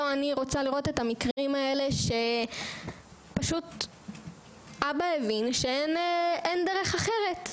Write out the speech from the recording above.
לא אני רוצה לראות את המקרים האלה שפשוט אבא הבין שאין דרך אחרת,